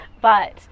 but-